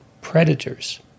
predators